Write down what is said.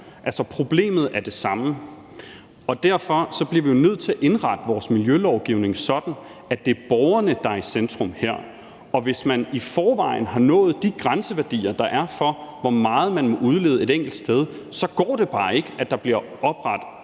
ejer – problemet er det samme. Derfor bliver vi jo nødt til at indrette vores miljølovgivning sådan, at det er borgerne, der er i centrum her. Og hvis man i forvejen har nået de grænseværdier, der er for, hvor meget man må udlede et enkelt sted, så går det bare ikke, at der bliver oprettet